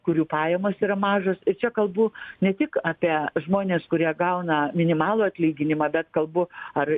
kurių pajamos yra mažos ir čia kalbu ne tik apie žmones kurie gauna minimalų atlyginimą bet kalbu ar